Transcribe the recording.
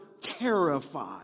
terrified